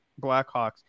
Blackhawks